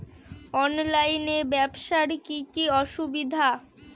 অনলাইনে ব্যবসার কি কি অসুবিধা?